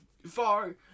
Far